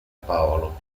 paolo